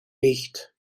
nicht